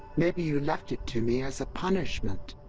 maybe you left it to me as a punishment.